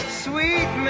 sweet